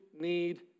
need